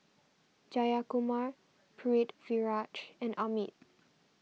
Jayakumar Pritiviraj and Amit